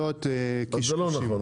זה לא נכון.